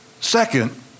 Second